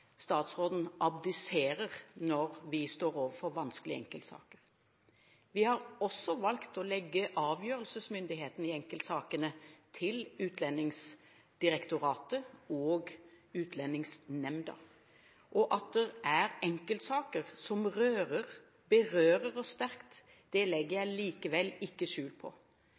statsråden abdiserer når vi står overfor vanskelige enkeltsaker. Vi har også valgt å legge avgjørelsesmyndigheten i enkeltsakene til Utlendingsdirektoratet og Utlendingsnemnda. At det er enkeltsaker som berører oss sterkt, legger jeg likevel ikke skjul på.